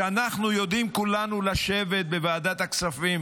אנחנו יודעים כולנו לשבת בוועדת הכספים